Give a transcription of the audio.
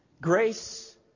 Grace